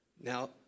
Now